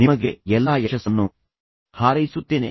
ನಿಮಗೆ ಎಲ್ಲಾ ಯಶಸ್ಸನ್ನು ಹಾರೈಸುತ್ತೇನೆ